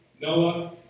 Noah